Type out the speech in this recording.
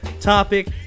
topic